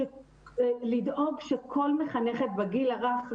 לדאוג שכל מחנכת בגיל הרך,